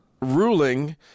Ruling